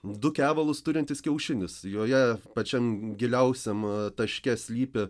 du kevalus turintis kiaušinis joje pačiam giliausiam taške slypi